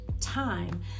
time